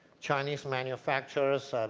chinese manufacturers,